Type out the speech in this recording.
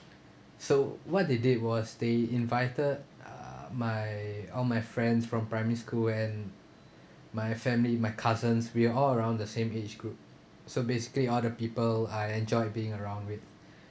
so what they did was they invited uh my all my friends from primary school and my family my cousins we are all around the same age group so basically all the people I enjoy being around with